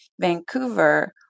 Vancouver